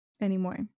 anymore